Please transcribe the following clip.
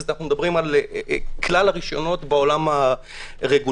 אנו מדברים על כלל הרשיונות בעולם הרגולטורי.